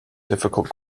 difficult